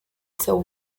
seu